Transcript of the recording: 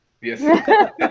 Yes